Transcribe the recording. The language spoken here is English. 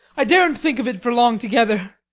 i daren't think of it for long together.